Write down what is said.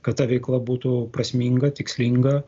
kad ta veikla būtų prasminga tikslinga